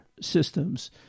systems